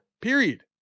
period